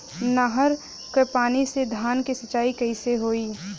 नहर क पानी से धान क सिंचाई कईसे होई?